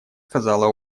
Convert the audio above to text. сказала